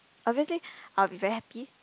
obviously I'll be very happy